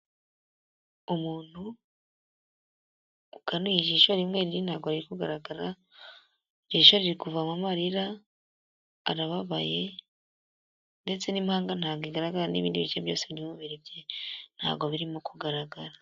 Umuntu ukanuye ijisho rimwe, irindi ntabwo ari kugaragara, riri kuvamo marira, arababaye ndetse n'impanga ntabwo igaragara n'ibindi bice byose by'umubiri bye ntabwo birimo kugaragara.